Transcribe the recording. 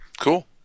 Cool